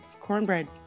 cornbread